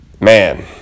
man